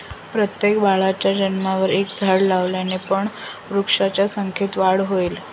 प्रत्येक बाळाच्या जन्मावर एक झाड लावल्याने पण वृक्षांच्या संख्येत वाढ होईल